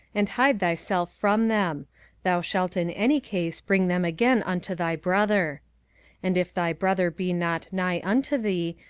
and hide thyself from them thou shalt in any case bring them again unto thy brother and if thy brother be not nigh unto thee,